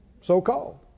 So-called